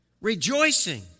Rejoicing